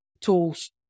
tools